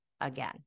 again